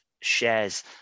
shares